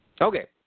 Okay